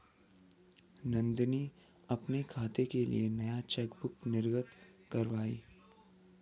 नंदनी अपने खाते के लिए नया चेकबुक निर्गत कारवाई